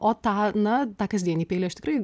o tą na tą kasdienį peilį aš tikrai